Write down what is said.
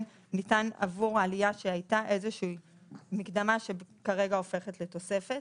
ניתן עבור העלייה שהייתה איזושהי מקדמה שכרגע הופכת לתוספת.